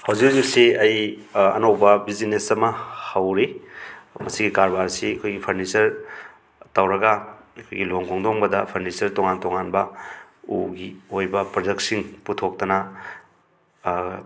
ꯍꯧꯖꯤꯛ ꯍꯧꯖꯤꯛꯁꯤ ꯑꯩ ꯑꯅꯧꯕ ꯕꯤꯖꯤꯅꯦꯁ ꯑꯃ ꯍꯧꯔꯤ ꯃꯁꯤꯒꯤ ꯀꯔꯕꯥꯔꯁꯤ ꯑꯩꯈꯣꯏꯒꯤ ꯐꯔꯅꯤꯆꯔ ꯇꯧꯔꯒ ꯑꯩꯈꯣꯏꯒꯤ ꯂꯨꯍꯣꯡ ꯈꯣꯡꯗꯣꯡꯕꯗ ꯐꯔꯅꯤꯆꯔ ꯇꯣꯉꯥꯟ ꯇꯣꯉꯥꯟꯕ ꯎꯒꯤ ꯑꯣꯏꯕ ꯄ꯭ꯔꯗꯛꯁꯤꯡ ꯄꯨꯊꯣꯛꯇꯅ